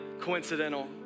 coincidental